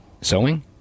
sewing